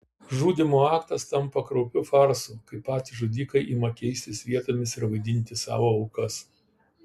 žudymo aktas tampa kraupiu farsu kai patys žudikai ima keistis vietomis ir vaidinti savo aukas